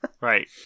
Right